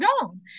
gone